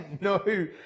no